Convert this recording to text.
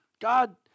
God